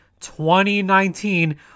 2019